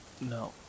No